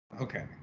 okay